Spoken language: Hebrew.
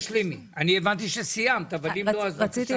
הבנתי שסיימת אבל אם לא בבקשה.